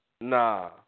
Nah